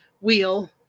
wheel